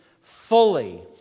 fully